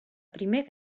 primer